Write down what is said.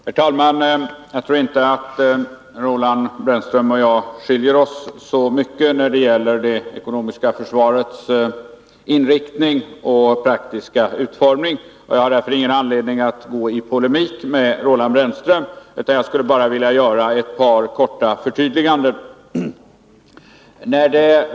Herr talman! Jag tror inte att Roland Brännström och jag skiljer oss så mycket när det gäller det ekonomiska försvarets inriktning och praktiska utformning. Jag har därför ingen anledning att gå i polemik med Roland Brännström. Jag skulle bara vilja göra ett par korta förtydliganden.